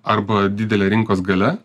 arba didele rinkos galia